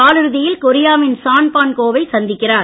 காலிறுதியில் கொரியாவின் Son Wan Ho வை சந்திக்கிறார்